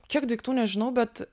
kiek daiktų nežinau bet